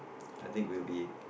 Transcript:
I think we will be